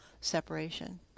separation